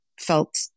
felt